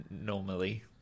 normally